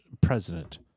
president